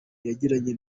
yagiranye